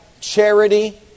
Charity